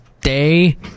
Day